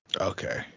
Okay